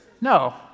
No